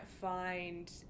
find